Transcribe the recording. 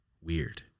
Weird